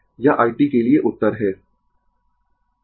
यह i t के लिए उत्तर है